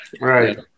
right